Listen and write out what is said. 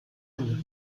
einen